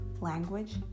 language